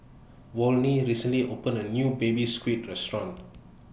Volney recently opened A New Baby Squid Restaurant